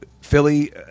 philly